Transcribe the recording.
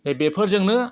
नै बेफोरजोंनो